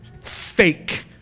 fake